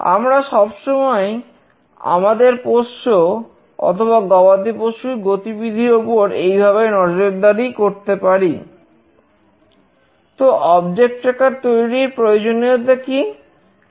আমরা সবসময়ই আমাদের পোষ্য অথবা গবাদি পশুর গতিবিধির ওপর এইভাবে নজরদারি করতে পারি